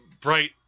bright